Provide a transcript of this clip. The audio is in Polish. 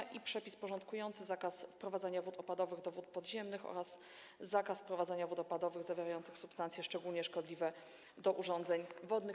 Jest też przepis porządkujący zakaz wprowadzania wód opadowych do wód podziemnych oraz zakaz wprowadzania wód opadowych zawierających substancje szczególnie szkodliwe do urządzeń wodnych.